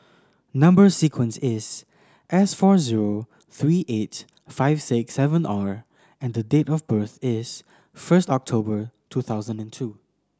number sequence is S four zero three eight five six seven R and date of birth is first October two thousand and two